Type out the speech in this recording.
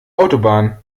autobahn